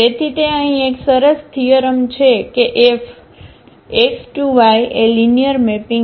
તેથી તે અહીં એક સરસ થીઅરમ છે કે FX→Y એ લિનિયર મેપિંગ છે